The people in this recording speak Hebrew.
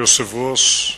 כבוד היושב-ראש,